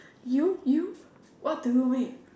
you you what do you mean